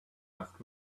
asked